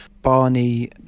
Barney